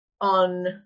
on